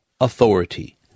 authority